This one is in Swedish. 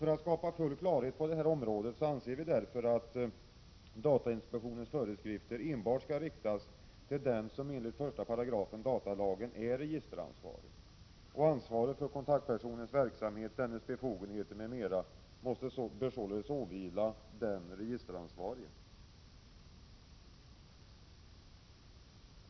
För att skapa full klarhet på detta område anser vi att datainspektionens föreskrifter skall riktas enbart till den som enligt 1 § datalagen är registeransvarig. Ansvaret för kontaktpersonens verksamhet, dennes befogenheter m.m. bör således vila på den registeransvarige.